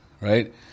right